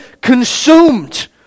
consumed